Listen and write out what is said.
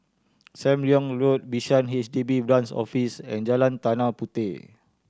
Sam Leong Road Bishan H D B Branch Office and Jalan Tanah Puteh